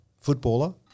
footballer